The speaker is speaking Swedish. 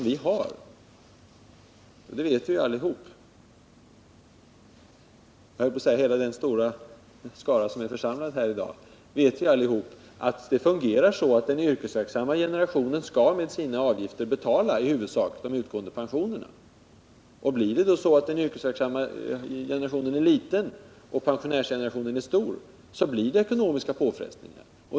Vi vet alla — jag höll på att säga hela den stora skara som är församlad här i dag — att det pensionssystem vi har fungerar så, att den yrkesverksamma generationen med sina avgifter i huvudsak skall betala de utgående pensionerna. Är då den yrkesverksamma generationen liten och pensionärsgenerationen stor, så blir det ekonomiska påfrestningar.